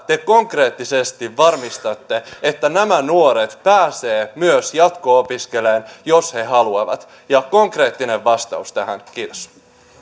te konkreettisesti varmistatte että nämä nuoret pääsevät myös jatko opiskelemaan jos he haluavat ja konkreettinen vastaus tähän kiitos